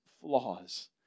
flaws